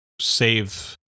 save